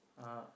(uh huh)